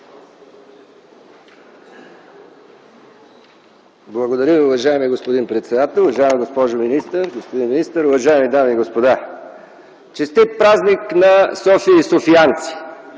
Благодаря Ви, уважаеми господин председател. Уважаема госпожо министър, господин министър, уважаеми дами и господа! Честит празник на София и на софиянци!